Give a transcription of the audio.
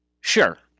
Sure